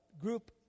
group